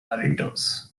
burritos